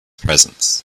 presence